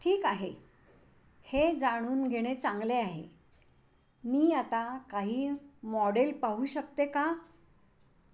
ठीक आहे हे जाणून घेणे चांगले आहे मी आता काही मॉडेल पाहू शकते का